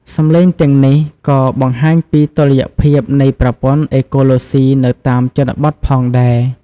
សំឡេងទាំងនេះក៏បង្ហាញពីតុល្យភាពនៃប្រព័ន្ធអេកូឡូស៊ីនៅតាមជនបទផងដែរ។